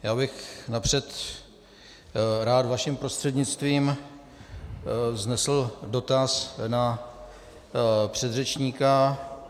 Já bych napřed rád vaším prostřednictvím vznesl dotaz na předřečníka.